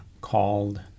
called